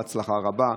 בהצלחה רבה.